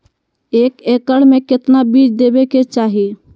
एक एकड़ मे केतना बीज देवे के चाहि?